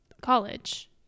college